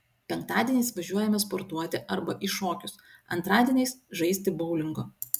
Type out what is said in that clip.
penktadieniais važiuojame sportuoti arba į šokius antradieniais žaisti boulingo